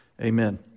Amen